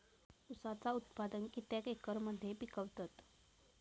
ऊसाचा उत्पादन कितक्या एकर मध्ये पिकवतत?